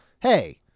hey